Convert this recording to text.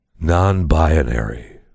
non-binary